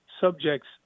subjects